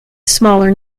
smaller